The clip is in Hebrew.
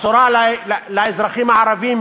הבשורה לאזרחים הערבים,